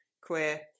queer